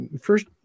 first